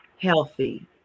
healthy